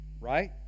Right